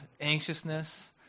anxiousness